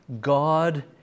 God